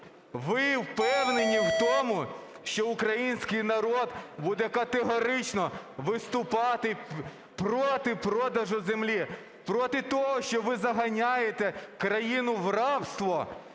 Ви впевнені в тому, що український народ буде категорично виступати проти продажу землі, проти того, що ви заганяєте країну в рабство.